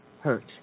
hurt